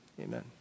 amen